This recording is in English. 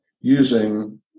using